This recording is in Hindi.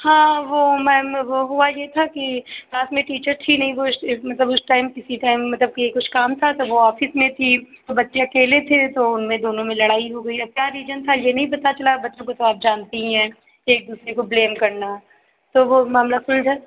हाँ वो मैम वो हुआ ये था कि क्लास में टीचर थी नहीं वो इस मतलब उस टाइम किसी टाइम मतलब कि कुछ काम था तो वो ऑफिस में थी औ बच्चे अकेले थे तो उनमें दोनों में लड़ाई हो गई अब क्या रीजन था ये नहीं पता चला बच्चों को तो आप जानती ही हैं एक दूसरे को ब्लेम करना मामला सुलझा